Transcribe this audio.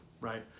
right